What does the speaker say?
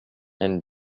and